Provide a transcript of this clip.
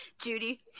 Judy